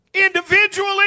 individually